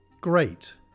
Great